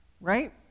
right